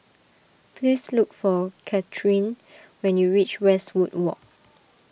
please look for Kathyrn when you reach Westwood Walk